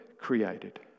created